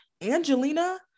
Angelina